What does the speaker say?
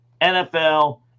nfl